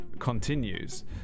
continues